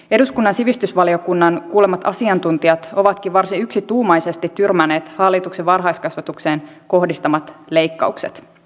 eduskunnan sivistysvaliokunnan kuulemat asiantuntijat ovatkin varsin yksituumaisesti tyrmänneet hallituksen varhaiskasvatukseen kohdistamat leikkaukset